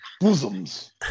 bosoms